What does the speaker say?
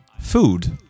food